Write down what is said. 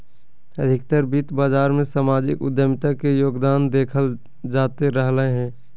अधिकतर वित्त बाजार मे सामाजिक उद्यमिता के योगदान देखल जाते रहलय हें